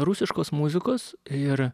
rusiškos muzikos ir